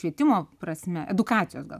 švietimo prasme edukacijos gal